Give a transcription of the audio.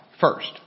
first